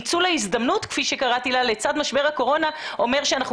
ניצול ההזדמנות כפי שקראתי לה לצד משבר הקורונה אומר שאנחנו